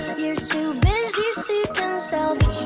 you're too busy seeking selfish